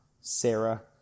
Sarah